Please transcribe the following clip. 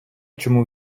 чому